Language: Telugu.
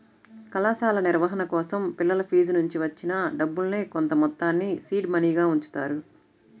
కళాశాల నిర్వహణ కోసం పిల్లల ఫీజునుంచి వచ్చిన డబ్బుల్నే కొంతమొత్తాన్ని సీడ్ మనీగా ఉంచుతారు